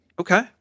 okay